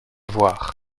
voir